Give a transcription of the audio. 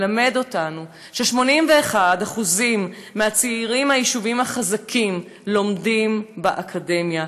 מלמד אותנו ש-81% מהצעירים מהיישובים החזקים לומדים באקדמיה,